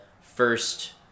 first